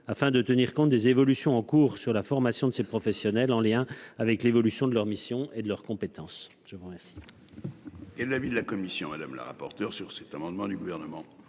afin de tenir compte des évolutions en cours sur la formation de ces professionnels, en lien avec l'évolution de leurs missions et de leurs compétences. Quel